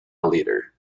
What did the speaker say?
leader